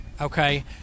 Okay